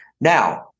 Now